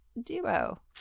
duo